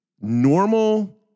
normal